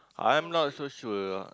I'm not so sure